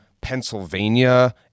Pennsylvania